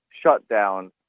shutdown